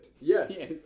Yes